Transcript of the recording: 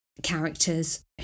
Characters